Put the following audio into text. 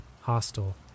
hostile